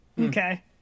Okay